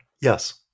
Yes